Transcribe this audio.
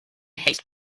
haste